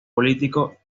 político